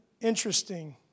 interesting